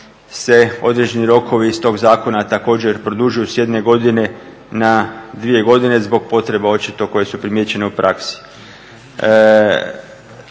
se određeni rokovi iz tog zakona također produžuju s jedne godine na dvije godine zbog potreba očito koje su primijećene u praksi.